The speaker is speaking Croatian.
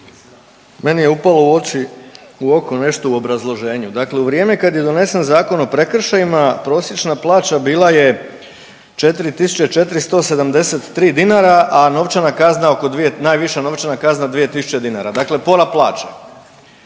Meni je upalo u oči, u oko nešto u obrazloženju. Dakle, u vrijeme kad je donesen Zakon o prekršajima prosječna plaća bila je 4.473 dinara, a novčana kazna oko, najviša novčana kazna 2.000 dinara, dakle pola plaće.